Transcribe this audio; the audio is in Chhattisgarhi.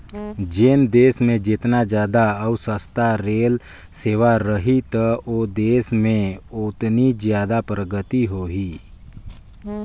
जेन देस मे जेतना जादा अउ सस्ता रेल सेवा रही त ओ देस में ओतनी जादा परगति होही